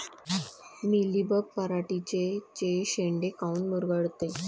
Mealybug पराटीचे चे शेंडे काऊन मुरगळते?